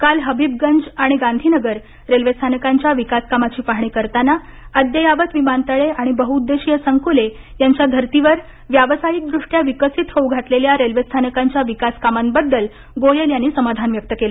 काल हबीबगज आणि गांधीनगर रेल्वेस्थानकांच्या विकासकामाची पाहणी करताना अद्ययावत विमानतळे आणि बहुउद्देशीय संकुले यांच्या धर्तीवर व्यावसायिकदृष्ट्या विकसित होऊ घातलेल्या रेल्वेस्थानकांच्या विकासकामांबद्दल गोयल यांनी समाधान व्यक्त केलं